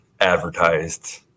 advertised